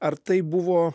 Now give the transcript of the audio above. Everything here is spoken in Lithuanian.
ar tai buvo